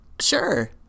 Sure